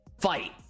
fight